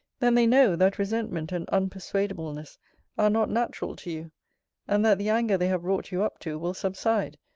then they know, that resentment and unpersuadableness are not natural to you and that the anger they have wrought you up to, will subside,